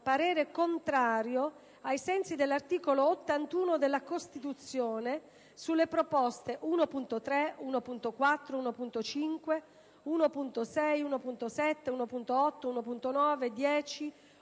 parere contrario, ai sensi dell'articolo 81 della Costituzione, sulle proposte 1.3, 1.4, 1.5, 1.6, 1.7, 1.8, 1.9, 1.10,